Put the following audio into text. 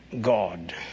God